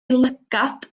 lygad